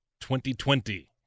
2020